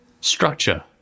structure